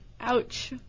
Ouch